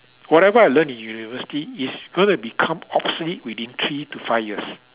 whatever I learn in university is gonna become obsolete within three to five years